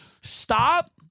Stop